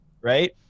right